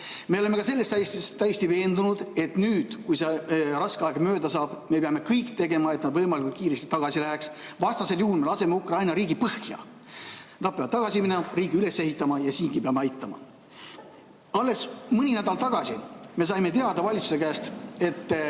Me oleme ka selles täiesti veendunud, et kui see raske aeg mööda saab, me peame tegema kõik selleks, et nad võimalikult kiiresti tagasi läheks. Vastasel juhul me laseme Ukraina riigi põhja. Nad peavad tagasi minema ja riigi üles ehitama. Siingi me peame aitama. Alles mõni nädal tagasi me saime teada valitsuse käest, et